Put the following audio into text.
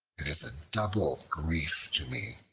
it is a double grief to me,